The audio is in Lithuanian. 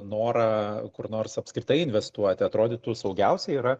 norą kur nors apskritai investuot atrodytų saugiausia yra